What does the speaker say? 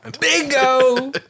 Bingo